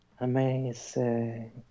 Amazing